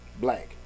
black